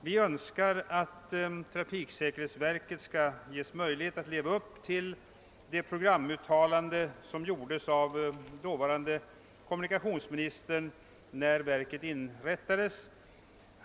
Vi önskar att trafiksäkerhetsverket skall ges möjlighet att leva upp till det programuttalande som gjordes av dåvarande kommunikationsministern Olof Palme när verket inrättades.